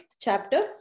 chapter